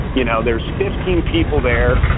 you know, there's fifteen people there.